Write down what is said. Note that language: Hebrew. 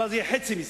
אבל זה יהיה חצי מזה.